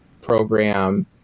program